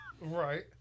right